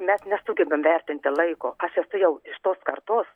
mes nesugebam vertinti laiko aš esu jau iš tos kartos